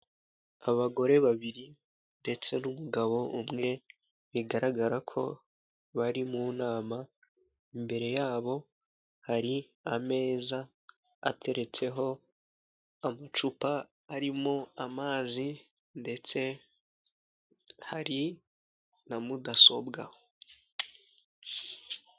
Abagore babiri ndetse n'umugabo umwe bigaragara ko bari mu nama, imbere yabo hari ameza ateretseho amacupa arimo amazi ndetse hari na mudasobwa.